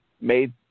made